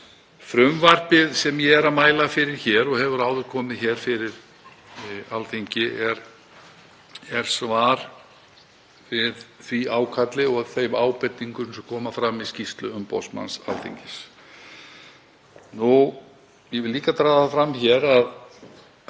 Frumvarpið sem ég mæli fyrir hér, og hefur áður komið fyrir Alþingi, er svar við því ákalli og þeim ábendingum sem koma fram í skýrslu umboðsmanns Alþingis. Ég vil líka draga það fram að